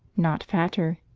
not fatter.